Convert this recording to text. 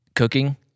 cooking